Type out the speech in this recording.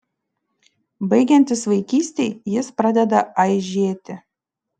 baigiantis vaikystei jis pradeda aižėti